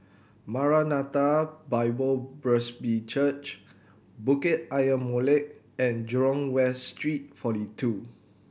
Maranatha Bible Presby Church Bukit Ayer Molek and Jurong West Street Forty Two